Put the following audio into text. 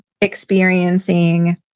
Experiencing